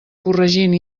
corregint